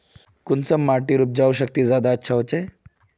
कुंसम माटिर उपजाऊ शक्ति ज्यादा अच्छा होचए?